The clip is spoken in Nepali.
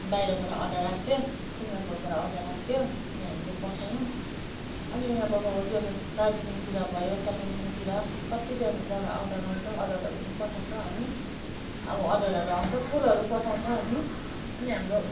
बाहिरबाट अर्डर आएको थियो सिङ्गापुरबाट अर्डर आएको थियो अनि हामीले पठायौँ अनि अब यो दार्जिलिङतिर भयो कालिम्पोङतिर कतिजना जग्गा अर्डर आउँछ अर्डरहरू पठाउँछौँ हामी अब अर्डरहरू आउँछ फुलहरू पठाउँछौँ हामी अनि हाम्रो